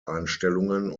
einstellungen